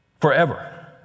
Forever